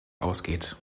ausgeht